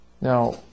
Now